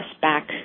back